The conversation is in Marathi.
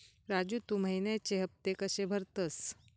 राजू, तू महिन्याचे हफ्ते कशे भरतंस?